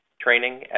training